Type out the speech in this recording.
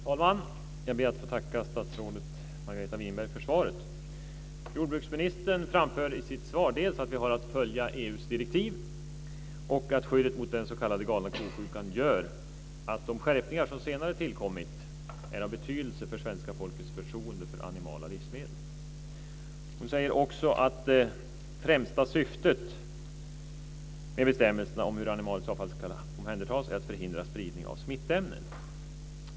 Fru talman! Jag ber att få tacka statsrådet Margareta Winberg för svaret. Jordbruksministern framför i sitt svar dels att vi har att följa EU:s direktiv, dels att skyddet mot den s.k. galna ko-sjukan gör att de skärpningar som senare tillkommit är av betydelse för svenska folkets förtroende för animala livsmedel. Hon säger också att det främsta syftet med bestämmelserna om hur animaliskt avfall ska omhändertas är att förhindra spridning av smittämnen.